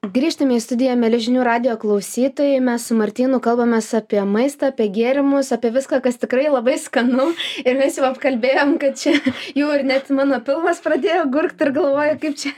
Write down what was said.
grįžtam į studiją mieli žinių radijo klausytojai mes su martynu kalbamės apie maistą apie gėrimus apie viską kas tikrai labai skanu ir mes jau apkalbėjom kad čia jau ir net mano pilvas pradėjo gurgt ir galvoju kaip čia